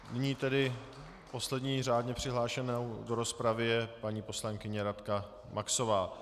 Nyní tedy poslední řádně přihlášenou do rozpravy je paní poslankyně Radka Maxová.